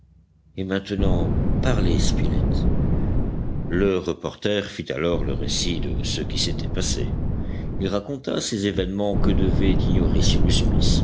et maintenant parlez spilett le reporter fit alors le récit de ce qui s'était passé il raconta ces événements que devait